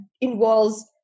involves